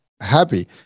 happy